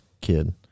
kid